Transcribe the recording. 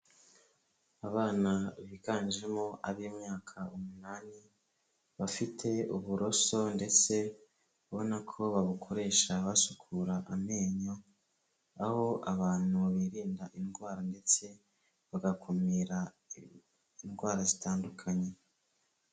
Abana biganjemo abi myaka umunani bafite uburoso ndetse ubonako babukoresha basukura amenyo aho abantu birinda indwara ndetse bagakumira indwara zitandukanye.